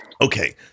Okay